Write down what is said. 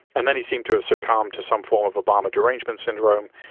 and then he seemed to have succumb to some form of obama derangement syndrome.